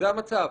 זה המצב.